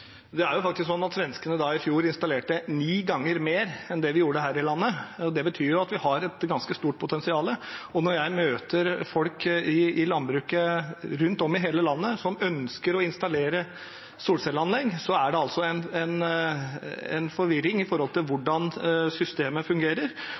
Det er faktisk slik at svenskene i fjor installerte ni ganger mer enn det vi gjorde her i landet. Det betyr at vi har et ganske stort potensial. Når jeg møter folk i landbruket rundt om i hele landet som ønsker å installere solcelleanlegg, er det forvirring om hvordan systemet fungerer, og det er usikkerhet om hvorvidt man får levert overskuddskraft ut på nettet. Vil statsråden ta initiativ til